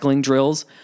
drills